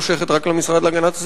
וגם לא שייכת רק למשרד להגנת הסביבה.